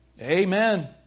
Amen